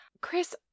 Chris